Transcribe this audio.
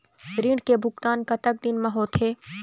ऋण के भुगतान कतक दिन म होथे?